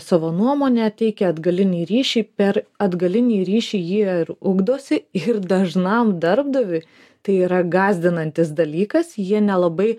savo nuomonę teikia atgalinį ryšį per atgalinį ryšį jie ir ugdosi ir dažnam darbdaviui tai yra gąsdinantis dalykas jie nelabai